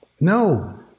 No